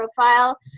profile